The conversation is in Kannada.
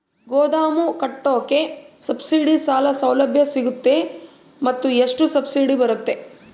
ಗೋದಾಮು ಕಟ್ಟೋಕೆ ಸಬ್ಸಿಡಿ ಸಾಲ ಸೌಲಭ್ಯ ಎಲ್ಲಿ ಸಿಗುತ್ತವೆ ಮತ್ತು ಎಷ್ಟು ಸಬ್ಸಿಡಿ ಬರುತ್ತೆ?